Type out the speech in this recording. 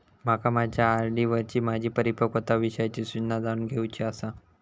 माका माझ्या आर.डी वरची माझी परिपक्वता विषयची सूचना जाणून घेवुची आसा